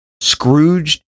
Scrooge